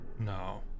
No